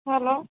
hello